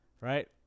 Right